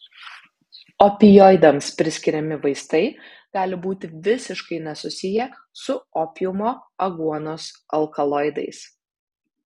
opioidams priskiriami vaistai gali būti visiškai nesusiję su opiumo aguonos alkaloidais